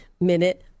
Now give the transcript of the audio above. minute